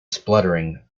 spluttering